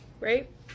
right